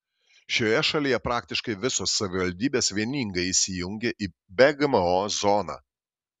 šioje šalyje praktiškai visos savivaldybės vieningai įsijungė į be gmo zoną